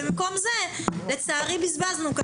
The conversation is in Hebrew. במקום זה בזבזנו את